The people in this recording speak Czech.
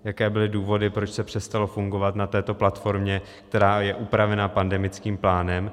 Jaké byly důvody, proč se přestalo fungovat na této platformě, která je upravena pandemickým plánem.